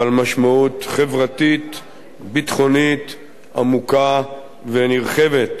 בעל משמעות חברתית-ביטחונית עמוקה ונרחבת,